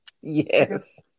Yes